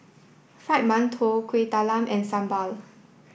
Fried Mantou Kueh Talam and Sambal